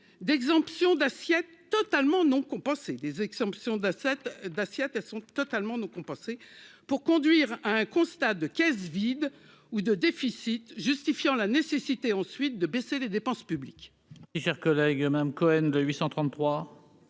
d'assiettes, elles sont totalement non compensée pour conduire à un constat de caisses vides ou de déficit, justifiant la nécessité, ensuite, de baisser les dépenses publiques.